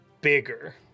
bigger